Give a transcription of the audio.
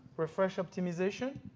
refresh optimization.